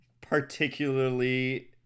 particularly